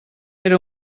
era